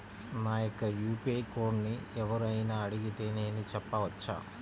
నా యొక్క యూ.పీ.ఐ కోడ్ని ఎవరు అయినా అడిగితే నేను చెప్పవచ్చా?